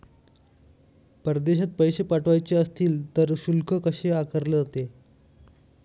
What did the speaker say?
परदेशात पैसे पाठवायचे असतील तर शुल्क कसे आकारले जाते?